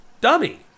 dummy